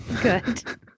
Good